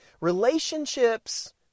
Relationships